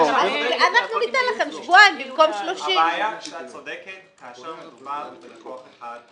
אנחנו ניתן לכם שבועיים במקום 30. את צודקת כאשר מדובר בלקוח אחד.